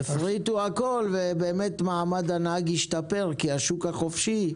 הפריטו הכול ובאמת מעמד הנהג "השתפר" כי השוק החופשי,